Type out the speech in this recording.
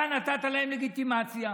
אתה נתת להם לגיטימציה.